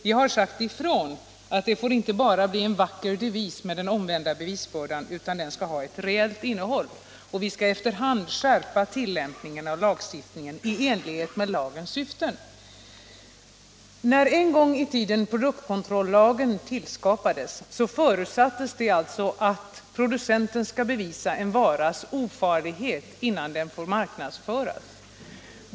Vi har sagt ifrån, att den omvända bevisbördan inte får bli bara en vacker devis utan den skall också ha ett reellt innehåll, och vi skall efter hand skärpa tillämpningen av lagstiftningen i enlighet med lagens syften. När produktkontrollagen en gång i tiden tillskapades förutsattes det alltså att producenten skall bevisa en varas ofarlighet innan den får marknadsföras.